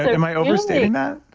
am i overstating that?